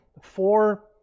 four